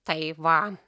tai va